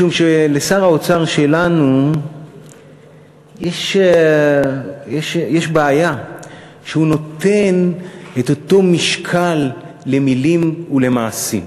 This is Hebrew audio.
משום שלשר האוצר שלנו יש בעיה שהוא נותן את אותו משקל למילים ולמעשים.